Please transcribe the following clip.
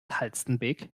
halstenbek